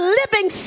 living